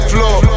Floor